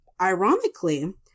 ironically